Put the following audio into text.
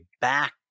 back